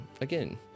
again